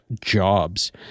jobs